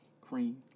Cream